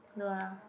no lah